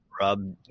Rob